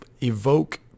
evoke